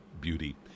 beauty